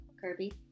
Kirby